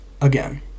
Again